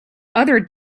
other